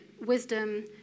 wisdom